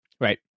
right